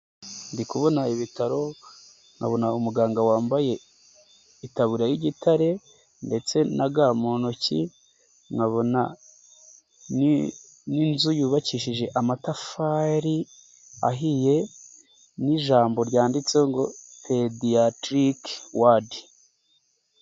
Ndi kubona ibitaro, nkabona umuganga wambaye itabura y'igitare ndetse na ga mu ntoki, nkabona n'inzu yubakishije amatafari ahiye n'ijambo ryanditse ngo pediyatiriki wadi.